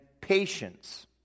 patience